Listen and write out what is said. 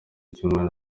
cy’umwana